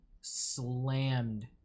slammed